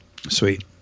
Sweet